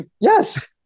Yes